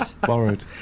borrowed